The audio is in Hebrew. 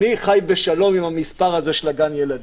אני חי בשלום עם המספר הזה של גן הילדים.